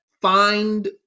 find